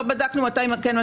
לא בדקנו מתי כן,